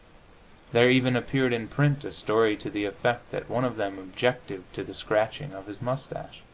there even appeared in print a story to the effect that one of them objected to the scratching of his moustache.